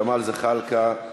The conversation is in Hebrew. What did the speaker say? ג'מאל זחאלקה,